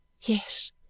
Yes